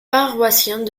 paroissiens